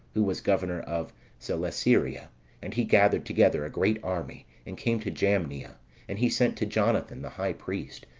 who was governor of celesyria and he gathered together a great army, and came to jamnia and he sent to jonathan, the high priest,